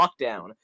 lockdown